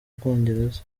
bwongereza